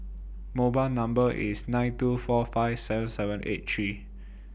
mobile Number IS nine two four five seven seven eight three